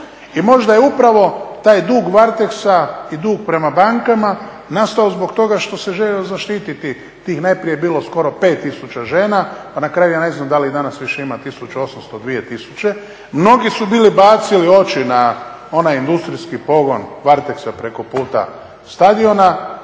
I možda je upravo taj dug Varteksa i dug prema bankama nastao zbog toga što se željelo zaštititi tih najprije je bilo skoro 5000 žena, a na kraju ja ne znam da li ih danas ima 1800, 2000. Mnogi su bili bacili oči na onaj industrijski pogon Varteksa preko puta stadiona,